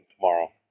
tomorrow